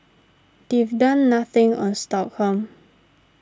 they've done nothing on sorghum